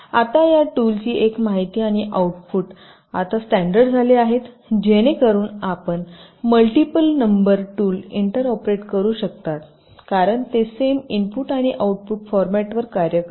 आता या टूलची एक माहिती आणि आऊटपुट आता स्टॅंडर्ड झाले आहेत जेणेकरून आपण मल्टिपल नंबर टूल इंटरऑपरेट करू शकता कारण ते सेम इनपुट आणि आउटपुट फॉरमॅटवर कार्य करतात